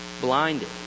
Blinded